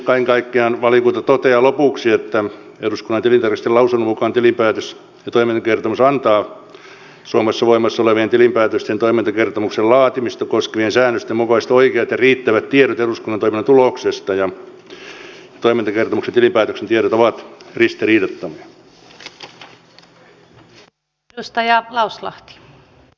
kaiken kaikkiaan valiokunta toteaa lopuksi että eduskunnan tilintarkastajien lausunnon mukaan tilinpäätös ja toimintakertomus antavat suomessa voimassa olevien tilinpäätöksen ja toimintakertomuksen laatimista koskevien säännösten mukaisesti oikeat ja riittävät tiedot eduskunnan toiminnan tuloksesta ja toimintakertomuksen ja tilinpäätöksen tiedot ovat ristiriidattomia